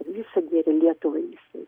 visą gėrį lietuvai visai